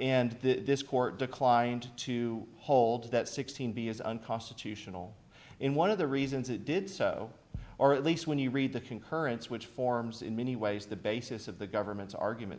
and this court declined to hold that sixteen b is unconstitutional in one of the reasons it did so or at least when you read the concurrence which forms in many ways the basis of the government's argument